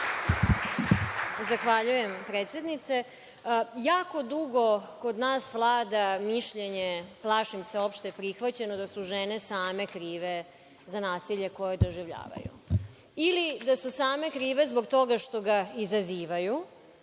Zahvaljujem, predsednice. Jako dugo kod nas vlada mišljenje, plašim se opšte prihvaćeno, da su žene same krive za nasilje koje doživljavaju, ili da su same krive zbog toga što ga izazivaju